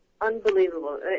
unbelievable